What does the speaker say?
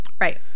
right